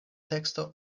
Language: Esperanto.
teksto